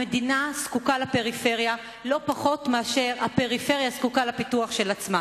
המדינה זקוקה לפריפריה לא פחות מאשר הפריפריה זקוקה לפיתוח של עצמה.